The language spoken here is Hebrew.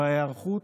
בהיערכות,